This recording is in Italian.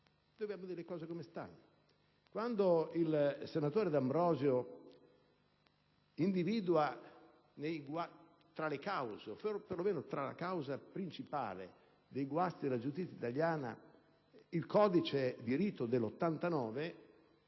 Dobbiamo dire le cose come stanno. Quando il senatore D'Ambrosio individua tra le cause o, quantomeno, come causa principale dei guasti della giustizia italiana il codice di rito del 1989